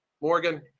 Morgan